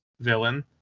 villain